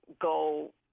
go